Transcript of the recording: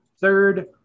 Third